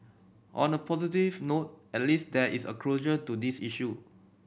on a positive note at least there is a closure to this issue